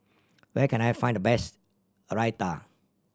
where can I find the best Raita